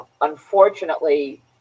unfortunately